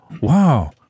wow